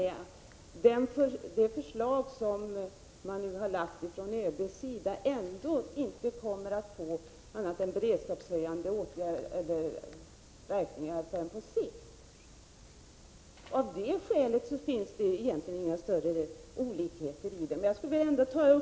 Det förslag som ÖB har lagt fram kommer ju ändå inte att få beredskapshöjande verkningar förrän på sikt.